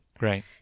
Right